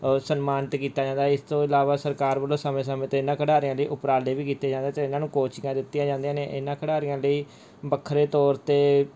ਸਨਮਾਨਿਤ ਕੀਤਾ ਜਾਂਦਾ ਇਸ ਤੋਂ ਇਲਾਵਾ ਸਰਕਾਰ ਵੱਲੋਂ ਸਮੇਂ ਸਮੇਂ 'ਤੇ ਇਹਨਾਂ ਖਿਡਾਰੀਆਂ ਦੇ ਉਪਰਾਲੇ ਵੀ ਕੀਤੇ ਜਾਂਦੇ ਅਤੇ ਇਹਨਾਂ ਨੂੰ ਕੋਚਿੰਗਾਂ ਦਿੱਤੀਆਂ ਜਾਂਦੀਆਂ ਨੇ ਇਹਨਾਂ ਖਿਡਾਰੀਆਂ ਲਈ ਵੱਖਰੇ ਤੌਰ 'ਤੇ